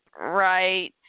right